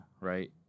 right